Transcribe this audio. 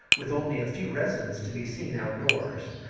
with only a few residents to be seen outdoors.